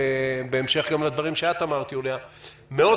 גם בהמשך לדברים שאמרה יוליה מלינובסקי מאוד